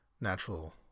Natural